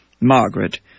Margaret